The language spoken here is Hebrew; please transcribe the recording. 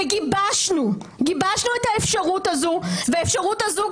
גיבשנו את האפשרות הזו והאפשרות הזו,